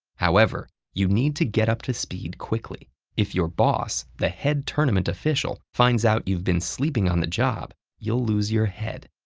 however, you need to get up to speed quickly if your boss, the head tournament official, finds out you've been sleeping on the job, you'll lose your head.